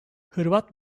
hırvat